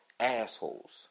assholes